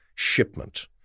shipment